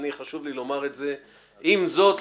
וחשוב לי לומר את זה: 'עם זאת,